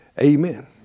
Amen